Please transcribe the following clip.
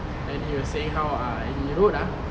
and he was saying how err he rode ah